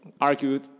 argued